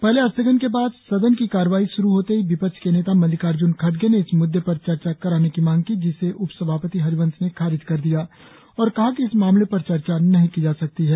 पहले स्थगन के बाद सदन की कार्यवाही श्रू होते ही विपक्ष के नेता मल्लिकार्ज्न खडगे ने इस मुद्दे पर चर्चा कराने की मांग की जिसे उपसभापति हरिवंश ने खारिज कर दिया और कहा कि इस मामले पर चर्चा नहीं की जा सकती है